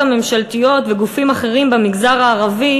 הממשלתיות וגופים אחרים במגזר הערבי,